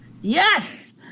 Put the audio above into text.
Yes